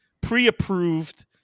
pre-approved